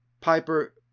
Piper